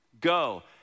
go